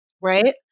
right